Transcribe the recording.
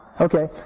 Okay